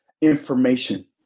information